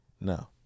no